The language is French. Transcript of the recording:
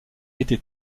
été